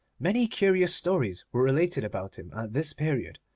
many curious stories were related about him at this period.